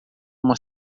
uma